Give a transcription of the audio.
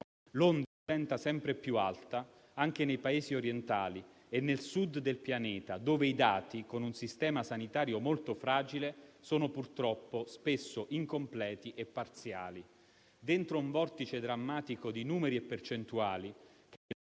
L'onda diventa sempre più alta anche nei Paesi orientali e nel sud del pianeta, dove i dati, con un sistema sanitario molto fragile, sono purtroppo spesso incompleti e parziali, dentro un vortice drammatico di numeri e percentuali